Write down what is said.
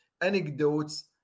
anecdotes